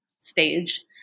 stage